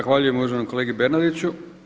Zahvaljujem uvaženom kolegi Bernardiću.